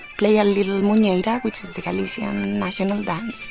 play a little muineira, which is the galician national dance,